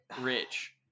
Rich